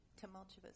tumultuous